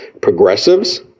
progressives